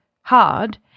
hard